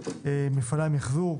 מפעלי המיחזור,